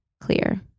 clear